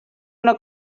una